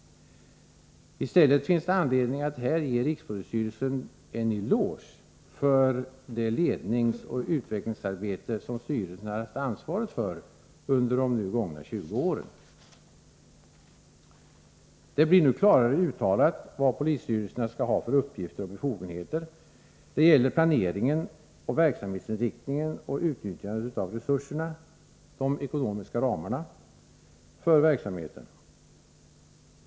I stället finns det anledning att här ge rikspolisstyrelsen en eloge för det ledningsoch utvecklingsarbete som styrelsen har haft ansvaret för under de gångna 20 åren. Det blir nu klarare uttalat vad polisstyrelserna skall ha för uppgifter och befogenheter. Det gäller planeringen, verksamhetsinriktningen och utnyttjandet av resurserna — de ekonomiska ramarna — för verksamheten.